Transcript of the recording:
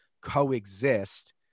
coexist